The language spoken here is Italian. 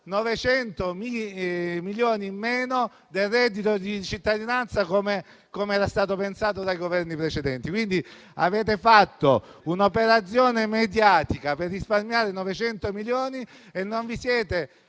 900 milioni in meno del reddito di cittadinanza come era stato pensato dai Governi precedenti. Avete fatto un'operazione mediatica per risparmiare 900 milioni e non vi siete